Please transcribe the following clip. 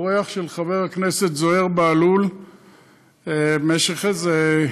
אורח של חבר הכנסת זוהיר בהלול במשך איזה,